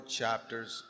chapters